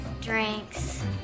drinks